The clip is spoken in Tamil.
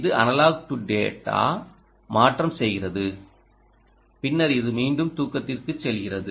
இது அனலாக் டூ டேடா மாற்றம் செய்கிறது பின்னர் இது மீண்டும் தூக்கத்திற்குச் செல்கிறது